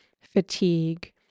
fatigue